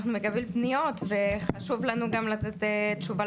אנחנו נקבל פניות וחשוב לנו גם לתת תשובה